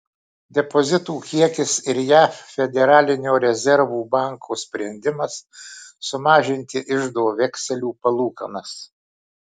depozitų kiekis ir jav federalinio rezervų banko sprendimas sumažinti iždo vekselių palūkanas